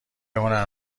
هنر